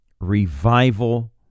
revival